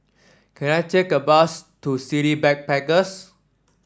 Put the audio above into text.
can I take a bus to City Backpackers